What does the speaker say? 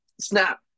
snap